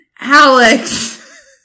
Alex